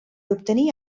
obtenir